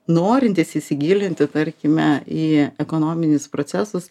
norintys įsigilinti tarkime į ekonominius procesus